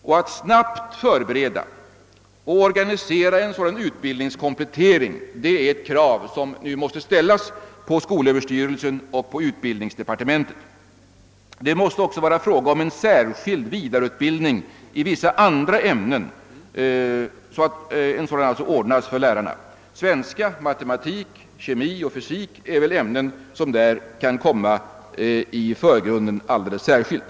Det måste alltså krävas att skolöverstyrelsen och <utbildningsdepartementet snabbt förbereder och organiserar en sådan utbildningskomplettering liksom även en särskild vidareutbildning för lärarna i vissa andra ämnen. Svenska, matematik, kemi och fysik är ämnen som här kan komma i förgrunden alldeles särskilt.